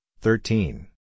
thirteen